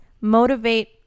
motivate